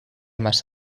más